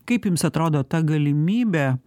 kaip jums atrodo ta galimybė